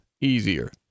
easier